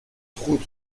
trop